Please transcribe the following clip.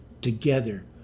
together